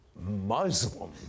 Muslim